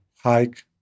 hike